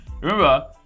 Remember